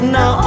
Now